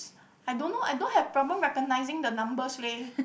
I don't know I don't have problem recognising the numbers leh